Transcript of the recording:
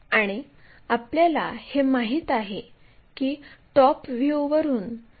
हे झाल्यावर c पासून 50 मिमीचा कट करा